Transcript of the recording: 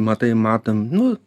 matai matom nu